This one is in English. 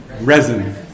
Resin